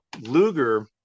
Luger